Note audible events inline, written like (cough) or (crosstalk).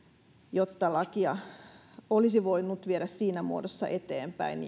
jotta lakia olisi voinut viedä siinä muodossa eteenpäin (unintelligible)